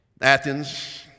Athens